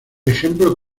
ejemplo